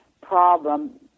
problem